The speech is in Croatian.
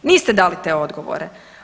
Niste dali te odgovore.